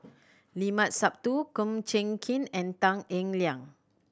Limat Sabtu Kum Chee Kin and Tan Eng Liang